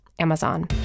Amazon